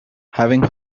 having